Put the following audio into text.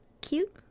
cute